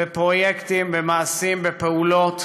בפרויקטים, במעשים, בפעולות,